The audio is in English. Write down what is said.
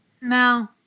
No